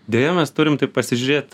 deja mes turim taip pasižiūrėt